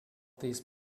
these